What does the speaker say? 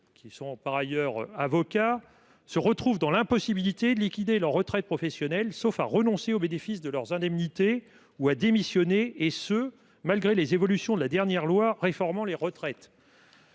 qui sont par ailleurs avocats se retrouvent dans l’impossibilité de liquider leur retraite professionnelle, sauf à renoncer au bénéfice de leur indemnité ou à démissionner, et cela malgré les évolutions issues de la dernière réforme des retraites.